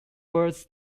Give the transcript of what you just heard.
words